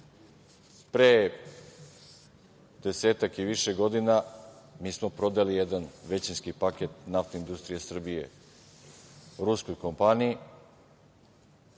Pre desetak i više godina mi smo prodali jedan većinski paket Naftne industrije Srbije ruskoj kompaniji,